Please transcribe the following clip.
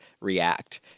react